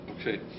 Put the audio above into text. Okay